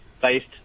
based